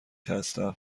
هستم